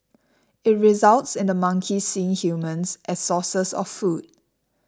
it results in the monkeys seeing humans as sources of food